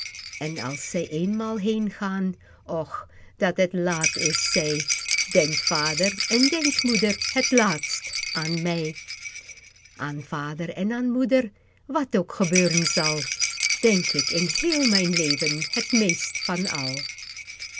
en als zij eenmaal heengaan och dat het laat eerst zij denkt vader en denkt moeder het laatst aan mij aan vader en aan moeder wat ook gebeuren zal denk ik in heel mijn leven het meest van al